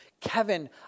Kevin